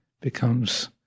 becomes